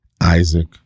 Isaac